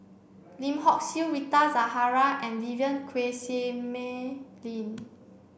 Lim Hock Siew Rita Zahara and Vivien Quahe Seah Mei Lin